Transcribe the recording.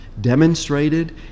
demonstrated